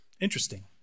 Interesting